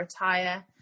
retire